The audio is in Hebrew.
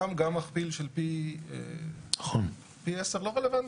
שם גם מכפיל של פי עשר לא רלוונטי.